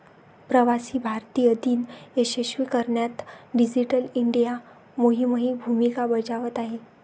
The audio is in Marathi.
प्रवासी भारतीय दिन यशस्वी करण्यात डिजिटल इंडिया मोहीमही भूमिका बजावत आहे